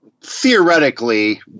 Theoretically